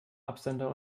absender